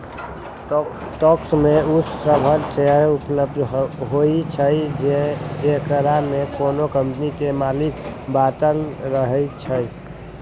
stock में उ सभ शेयर उपस्थित होइ छइ जेकरामे कोनो कम्पनी के मालिक बाटल रहै छइ